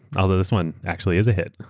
although this one actually is a hit.